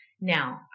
Now